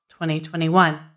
2021